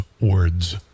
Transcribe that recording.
words